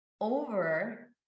over